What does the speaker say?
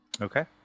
Okay